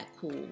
cool